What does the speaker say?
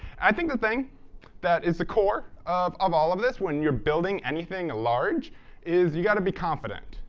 i think the thing that is the core of of all of this when you're building anything large is, you've got to be confident.